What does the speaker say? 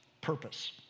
purpose